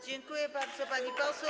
Dziękuję bardzo, pani poseł.